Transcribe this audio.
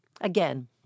again